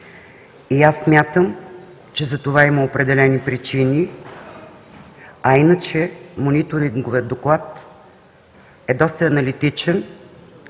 и аз смятам, че за това има определени причини, а иначе Мониторинговият доклад е доста аналитичен,